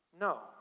No